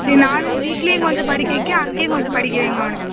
சரி நானும் வீட்லேயும் கொஞ்சம் படிக்க வைக்கிறேன் அங்கேயும் கொஞ்சம் படிக்க வைங்க அவனை